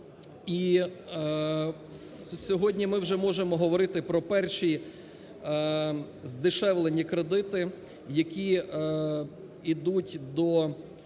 і сьогодні ми вже можемо говорити про перші здешевлені кредити, які ідуть до